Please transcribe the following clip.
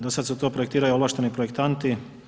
Do sada su to projektirali ovlašteni projektanti.